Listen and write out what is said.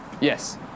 Yes